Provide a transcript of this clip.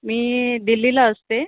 मी दिल्लीला असते